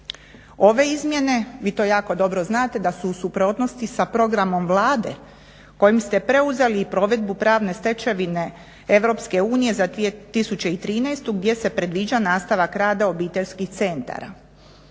Ove izmjene, vi to jako dobro znate da su u suprotnosti sa programom Vlade kojim ste preuzeli i provedbu pravne stečevine Europske unije za 2013. gdje se predviđa nastavak rada obiteljskih centara.